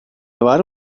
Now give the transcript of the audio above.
var